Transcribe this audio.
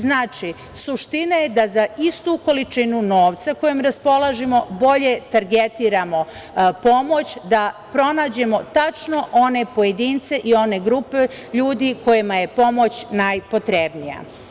Znači, suština je da za istu količinu novca kojom raspolažemo bolje targetiramo pomoć, da pronađemo tačno one pojedince i one grupe ljudi kojima je pomoć najpotrebnija.